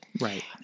Right